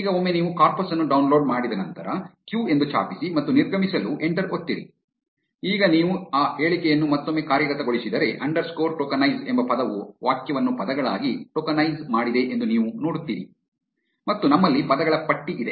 ಈಗ ಒಮ್ಮೆ ನೀವು ಕಾರ್ಪಸ್ ಅನ್ನು ಡೌನ್ಲೋಡ್ ಮಾಡಿದ ನಂತರ ಕ್ಯೂ ಎಂದು ಛಾಪಿಸಿ ಮತ್ತು ನಿರ್ಗಮಿಸಲು ಎಂಟರ್ ಒತ್ತಿರಿ ಈಗ ನೀವು ಆ ಹೇಳಿಕೆಯನ್ನು ಮತ್ತೊಮ್ಮೆ ಕಾರ್ಯಗತಗೊಳಿಸಿದರೆ ಅಂಡರ್ಸ್ಕೋರ್ ಟೋಕನೈಸ್ ಎಂಬ ಪದವು ವಾಕ್ಯವನ್ನು ಪದಗಳಾಗಿ ಟೋಕನೈಸ್ ಮಾಡಿದೆ ಎಂದು ನೀವು ನೋಡುತ್ತೀರಿ ಮತ್ತು ನಮ್ಮಲ್ಲಿ ಪದಗಳ ಪಟ್ಟಿ ಇದೆ